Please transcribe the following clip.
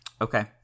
Okay